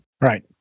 Right